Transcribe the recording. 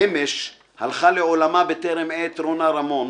אמש הלכה לעולמה בטרם עת רונה רמון